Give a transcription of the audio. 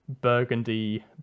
burgundy